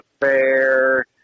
Fair